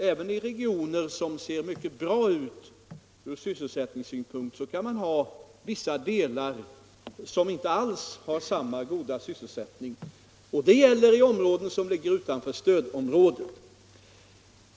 Även i regioner som ser mycket bra ut ur sysselsättningssynpunkt kan man ha vissa delar som inte har samma goda sysselsättning, och det gäller i områden som ligger utanför stödområdet.